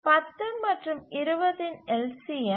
10 மற்றும் 20 இன் LCM 20